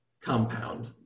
compound